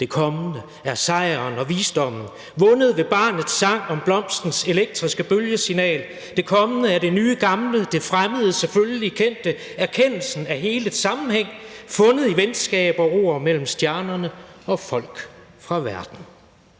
Det kommende er sejren og visdommen vundet ved barnets sang om blomstens elektriske bølgesignal. Det kommende er det nye/gamle, det fremmede/selvfølgelige/kendte, erkendelsen af helets sammenhæng fundet i venskab og ord mellem stjerner og folk fra verden«.